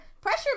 pressure